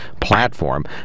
platform